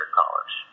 college